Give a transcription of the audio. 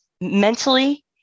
mentally